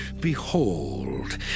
Behold